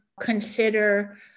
consider